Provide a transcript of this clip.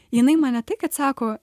jinai man ne tai kad sako